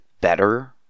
better